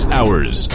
Hours